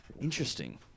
Interesting